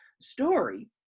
story